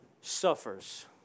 suffers